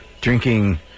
Drinking